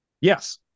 yes